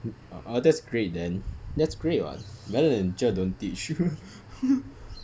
ah that's great then that's great [what] better than cher don't teach